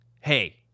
hey